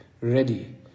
ready